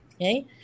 Okay